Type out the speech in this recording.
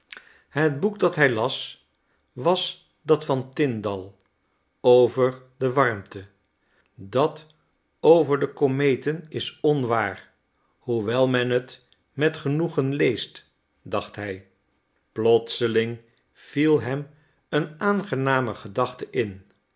het boek dat hij las was dat van tyndall over de warmte dat over de kometen is onwaar hoewel men t met genoegen leest dacht hij plotseling viel hem een aangenamer gedachte in